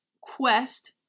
quest